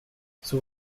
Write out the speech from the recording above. sous